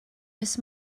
oes